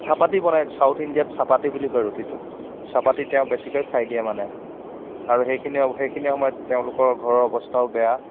চাপাতি বনায় ছাউথ ইণ্ডিয়াত চাপাতি বুলি কয় ৰুটিটোক চাপাতি তেওঁ বেছিকেই খাই দিয়ে মানে আৰু সেইখিনি সেইখিনি সময়ত তেওঁলোকৰ ঘৰৰ অৱস্থাও বেয়া